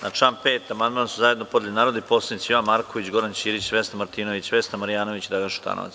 Na član 5. amandman su zajedno podneli narodni poslanici Jovan Marković, Goran Ćirić, Vesna Martinović, Vesna Marjanović i Dragan Šutanovac.